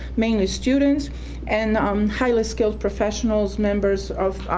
mainly students and um highly skilled professionals, members of